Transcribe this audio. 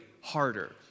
harder